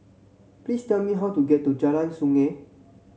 please tell me how to get to Jalan Sungei